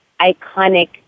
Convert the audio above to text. iconic